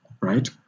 right